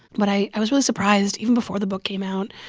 but i i was really surprised. even before the book came out,